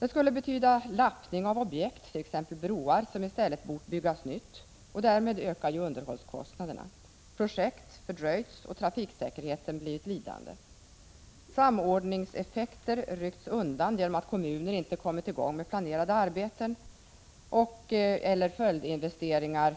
Det betyder lappning av objekt, t.ex. broar, där man i stället bort bygga nytt — och därmed ökar ju underhållskostnaderna, projekt fördröjs och trafiksäkerheten blir lidande. Samordningseffekter rycks undan genom att kommuner inte kommer i gång med planerade arbeten och heller inte med följdinvesteringar